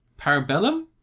Parabellum